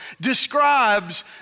describes